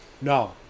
No